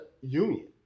union